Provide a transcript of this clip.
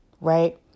right